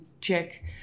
check